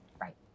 Right